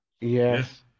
Yes